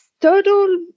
total